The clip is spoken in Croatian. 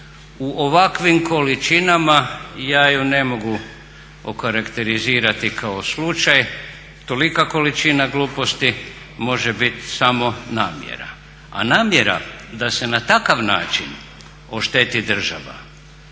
U ovakvim količinama ja je ne mogu okarakterizirati kao slučaj, tolika količina gluposti može biti samo namjera. A namjera da se na takav način ošteti država,